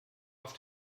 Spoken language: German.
auf